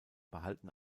behalten